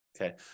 okay